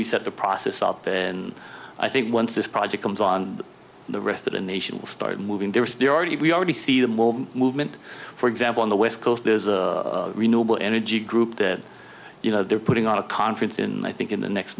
we set the process up and i think once this project comes on the rest of the nation will start moving there was there already we already see the more movement for example in the west coast there's a renewable energy group that you know they're putting on a conference in my think in the next